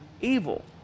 evil